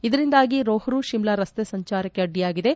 ಇದರಿಂದಾಗಿ ರೋಪು ಶಿಮ್ಲಾ ರಸ್ತೆ ಸಂಚಾರಕ್ಕೆ ಅಡ್ಡಿಯಾಗಿದೆ